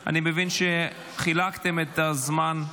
אני קובע כי הצעת חוק הרשות השנייה לטלוויזיה ורדיו (תיקון,